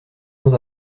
bons